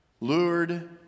lured